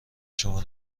شما